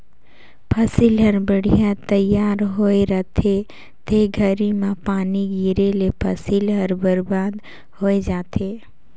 फसिल हर बड़िहा तइयार होए रहथे ते घरी में पानी गिरे ले फसिल हर बरबाद होय जाथे